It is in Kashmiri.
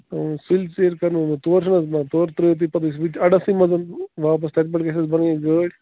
اَوا سُلہِ ژیرۍ کرناوہو تورٕ چھِنہٕ حظ تورٕ ترٛٲوِو تُہۍ پتہٕ اَسہِ ہوٚتہِ اَڈسٕے منٛز واپس تَتہِ پٮ۪ٹھ حظ گَژھِ اَسہِ بنٕنۍ گٲڑۍ